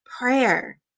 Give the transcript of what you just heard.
Prayer